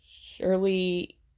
surely